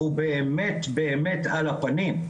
הוא באמת באמת על הפנים,